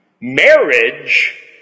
Marriage